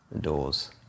doors